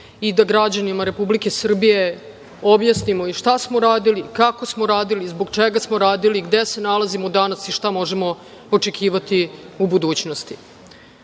i da građanima Republike Srbije objasnimo šta smo uradili, kako smo uradili, zbog čega smo radili, gde se nalazimo danas i šta možemo očekivati u budućnosti. Na